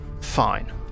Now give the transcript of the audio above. fine